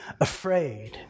afraid